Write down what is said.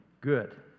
good